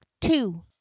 two